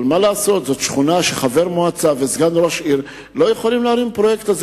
אבל זאת שכונה שחבר מועצה וסגן ראש עיר לא יכולים להרים בה פרויקט.